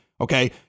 okay